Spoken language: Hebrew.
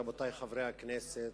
רבותי חברי הכנסת,